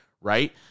right